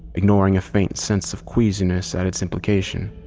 ignoring a faint sense of queasiness at its implication.